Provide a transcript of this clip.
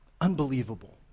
Unbelievable